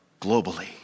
globally